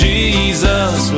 Jesus